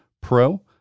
Pro